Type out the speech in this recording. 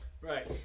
Right